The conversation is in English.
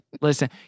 Listen